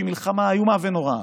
שהיא מלחמה איומה ונוראה,